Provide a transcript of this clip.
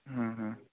হুম হুম